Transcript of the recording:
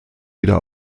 wieder